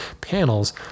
panels